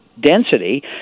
density